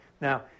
Now